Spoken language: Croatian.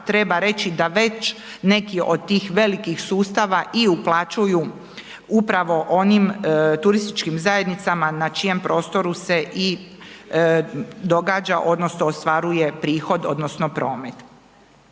treba reći da već neki od tih velikih sustava i uplaćuju upravo onim turističkim zajednicama na čijem prostoru se i događa odnosno ostvaruje prihod odnosno promet.